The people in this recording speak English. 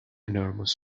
enormous